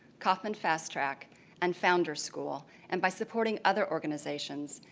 kauffman fasttrac and founders school and by supporting other organizations,